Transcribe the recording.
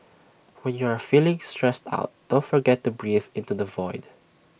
when you are feeling stressed out don't forget to breathe into the void